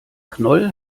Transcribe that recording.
knoll